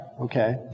Okay